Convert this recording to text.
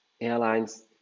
airlines